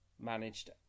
managed